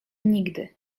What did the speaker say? nigdy